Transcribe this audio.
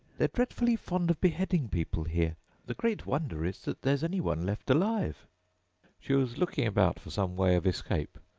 they're dreadfully fond of beheading people here the great wonder is, that there's any one left alive she was looking about for some way of escape,